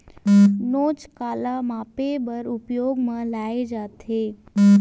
नोच काला मापे बर उपयोग म लाये जाथे?